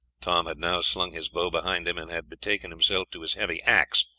tom had now slung his bow behind him and had betaken himself to his heavy axe,